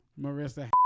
Marissa